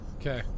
Okay